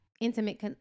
intimate